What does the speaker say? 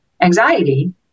anxiety